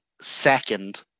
second